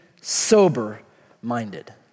sober-minded